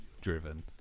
driven